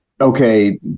okay